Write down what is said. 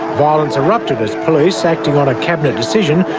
violence erupted as police, acting on a cabinet decision,